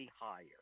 higher